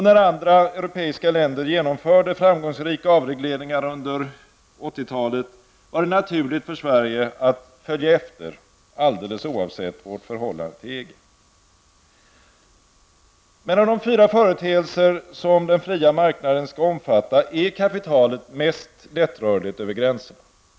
När andra europeiska länder genomförde framgångsrika avregleringar under 1980-talet, var det naturligt för Sverige att följa efter alldeles oavsett vårt förhållande till EG. Av de fyra företeelser som den fria marknaden skall omfatta är kapitalet mest lättrörligt över gränserna.